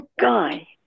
guy